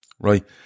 right